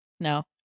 No